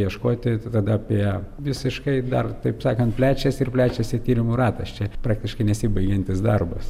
ieškoti tada apie visiškai dar taip sakant plečiasi ir plečiasi tyrimų ratas čia praktiškai nesibaigiantis darbas